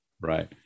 Right